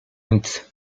nic